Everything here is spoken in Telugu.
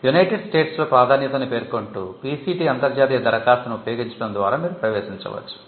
యునైటెడ్ స్టేట్స్లో ప్రాధాన్యతను పేర్కొంటూ PCT అంతర్జాతీయ దరఖాస్తును ఉపయోగించడం ద్వారా మీరు ప్రవేసించ వచ్చు